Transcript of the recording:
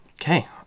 Okay